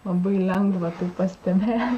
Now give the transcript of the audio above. labai lengva tai pastebėt